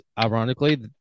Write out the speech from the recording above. ironically